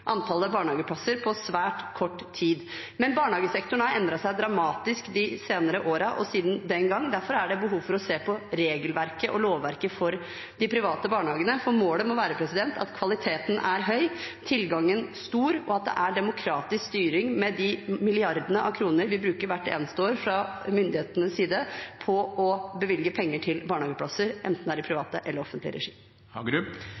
antallet barnehageplasser på svært kort tid. Barnehagesektoren har endret seg dramatisk de senere årene og siden den gang. Derfor er det behov for å se på regelverket og lovverket for de private barnehagene. Målet må være at kvaliteten er høy, at tilgangen er stor, og at det er demokratisk styring med de milliardene av kroner vi bruker hvert eneste år fra myndighetenes side på å bevilge penger til barnehageplasser, enten det er